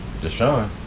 Deshaun